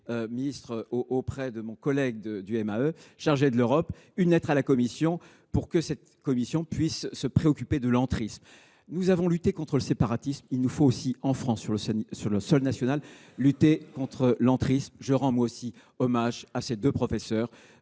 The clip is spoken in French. des affaires étrangères, chargé de l’Europe, une lettre à la Commission pour qu’elle se préoccupe de l’entrisme. Nous avons lutté contre le séparatisme. Il nous faut aussi, en France, sur le sol national, lutter contre l’entrisme. Je rends moi aussi hommage à ces deux professeurs,